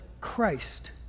Christ